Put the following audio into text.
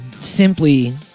simply